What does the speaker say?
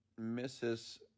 Mrs